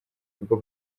bwo